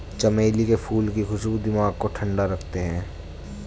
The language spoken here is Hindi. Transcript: चमेली के फूल की खुशबू दिमाग को ठंडा रखते हैं